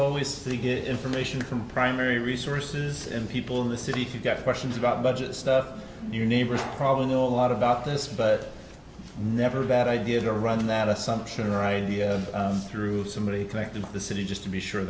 always to get information from primary resources and people in the city if you've got questions about budget stuff your neighbors probably know a lot about this but never a bad idea to run that assumption right through somebody connected to the city just to be sure